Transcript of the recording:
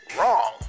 wrong